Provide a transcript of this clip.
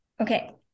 Okay